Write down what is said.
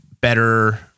better